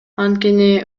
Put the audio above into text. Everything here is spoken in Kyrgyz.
анткени